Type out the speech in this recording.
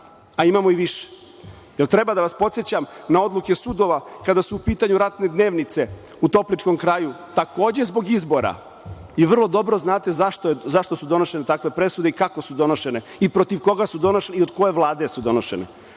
a imamo i više. Jel treba da vas podsećam na odluke sudova kada su u pitanju ratne dnevnice u Topličkom kraju, takođe zbog izbora i vrlo dobro znate zašto su donošene takve presude i kako su donošene i protiv koga su donošene i od koje vlade su donošene.